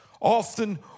Often